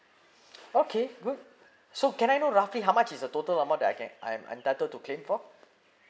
okay good so can I know roughly how much is the total amount that I'm I'm entitled to claim for